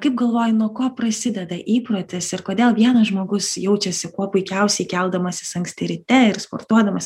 kaip galvoji nuo ko prasideda įprotis ir kodėl vienas žmogus jaučiasi kuo puikiausiai keldamas anksti ryte ir sportuodamas